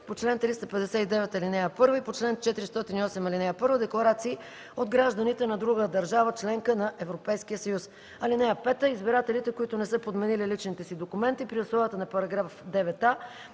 по чл. 359, ал. 1 и по чл. 408, ал. 1 декларации от гражданите на друга държава – членка на Европейския съюз. (5) Избирателите, които не са подменили личните си документи при условията на § 9а